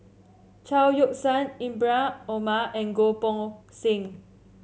Chao Yoke San Ibrahim Omar and Goh Poh Seng